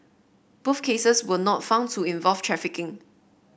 both cases were not found to involve trafficking